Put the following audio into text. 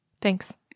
Thanks